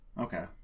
okay